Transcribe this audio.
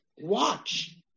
watch